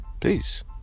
Peace